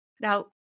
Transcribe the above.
now